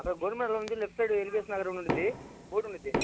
అక్కడ గవర్నమెంట్ నుండి left side L B S Nagar అని ఉంటుంది బోర్డ్ ఉంటుంది